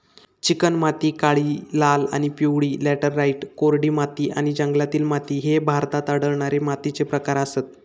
चिकणमाती, काळी, लाल आणि पिवळी लॅटराइट, कोरडी माती आणि जंगलातील माती ह्ये भारतात आढळणारे मातीचे प्रकार आसत